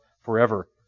forever